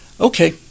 Okay